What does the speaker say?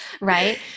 Right